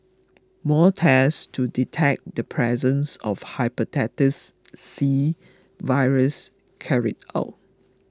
more tests to detect the presence of Hepatitis C virus carried out